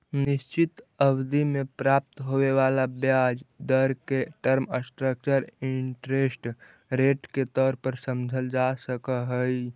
निश्चित अवधि में प्राप्त होवे वाला ब्याज दर के टर्म स्ट्रक्चर इंटरेस्ट रेट के तौर पर समझल जा सकऽ हई